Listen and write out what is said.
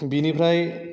बिनिफ्राय